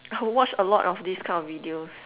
I will watch a lot of this kind of videos